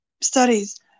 studies